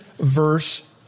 verse